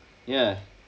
ya